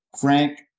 Frank